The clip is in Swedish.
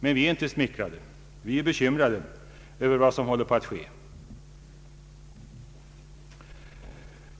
Men vi är inte smickrade. Vi är bekymrade över vad som håller på att ske.